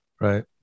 Right